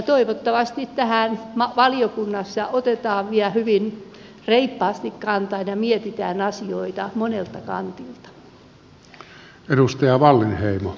toivottavasti tähän valiokunnassa otetaan vielä hyvin reippaasti kantaa ja mietitään asioita monelta kantilta